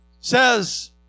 says